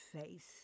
face